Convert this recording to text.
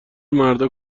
مردا